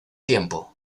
tiempo